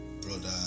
Brother